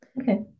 Okay